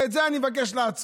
את זה אני מבקש לעצור,